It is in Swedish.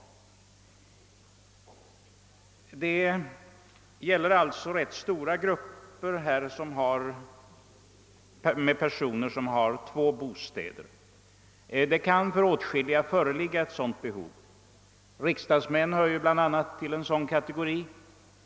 Det är alltså en stor grupp personer som har två bostäder. För åtskilliga kan behov därav föreligga — riksdagsmännen hör bl.a. till den kategorin.